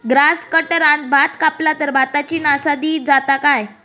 Grass कटराने भात कपला तर भाताची नाशादी जाता काय?